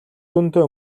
дүнтэй